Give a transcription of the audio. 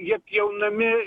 jie pjaunami